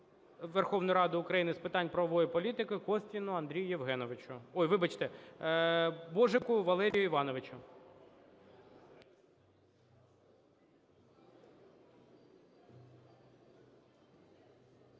Верховної Ради України з питань правової політики Костіну Андрію Євгеновичу... Ой, вибачте, Божику Валерію Івановичу.